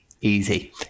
easy